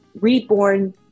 reborn